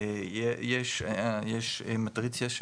יש מטריצה,